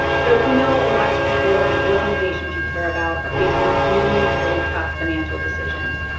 so we know a lot of people and organizations you care about are facing really, really tough financial decisions.